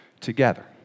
together